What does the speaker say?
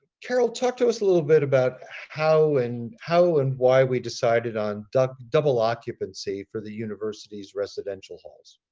carol, talk to us a little bit about how and how and why we decided on double double occupancy for the university's residential halls.